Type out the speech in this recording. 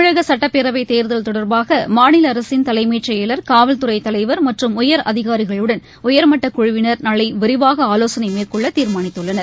தமிழக சட்டப்பேரவை தேர்தல் தொடர்பாக மாநில அரசின் தலைமைச் செயலர் காவல்துறை தலைவர் மற்றும் உயர் அதிகாரிகளுடன் உயர்மட்டக் குழுவினர் நாளை விரிவாக ஆலோசனை மேற்கொள்ள தீர்மானித்துள்ளனர்